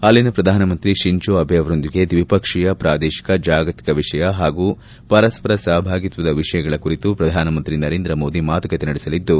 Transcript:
ಅಲ್ಲಿನ ಪ್ರಧಾನಮಂತ್ರಿ Shinzo Abe ಅವರೊಂದಿಗೆ ದ್ವಿಪಕ್ಷೀಯ ಪ್ರಾದೇಶಕ ಜಾಗತಿಕ ವಿಷಯ ಹಾಗೂ ಪರಸ್ಪರ ಸಹಭಾಗೀತ್ವದ ವಿಷಯಗಳ ಕುರಿತು ಪ್ರಧಾನಮಂತ್ರಿ ನರೇಂದ್ರ ಮೋದಿ ಮಾತುಕತ ನಡೆಸಲಿದ್ದು